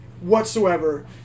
whatsoever